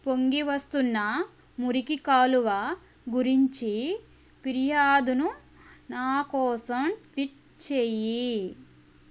పొంగి వస్తున్న మురికి కాలువ గురించి ఫిర్యాదును నా కోసం ట్వీట్ చెయ్యి